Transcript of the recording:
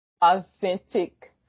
authentic